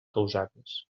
causades